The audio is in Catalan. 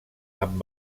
amb